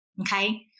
okay